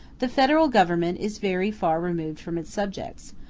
the federal government is very far removed from its subjects,